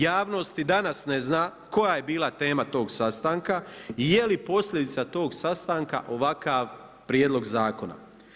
Javnost i danas ne zna koja je bila tema tog sastanka i je li posljedica tog sastanka ovakav prijedlog zakona.